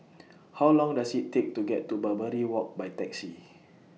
How Long Does IT Take to get to Barbary Walk By Taxi